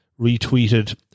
retweeted